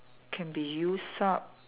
can be used up